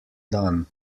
dan